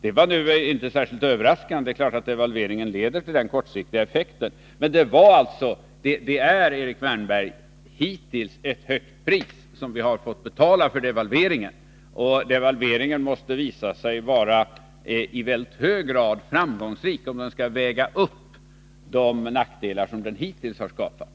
Det var inte särskilt överraskande, det var klart att devalveringen skulle leda till den kortsiktiga effekten. Men det är, Erik Wärnberg, hittills ett högt pris som vi har fått betala för devalveringen. Och devalveringen måste visa sig vara i väldigt hög grad framgångsrik, om den skall väga upp de nackdelar som den hittills har skapat.